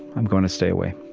i'm going to stay away.